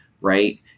right